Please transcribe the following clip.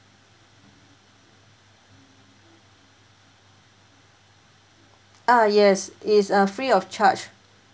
ah yes it's uh free of charge